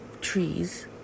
trees